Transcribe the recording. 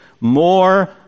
more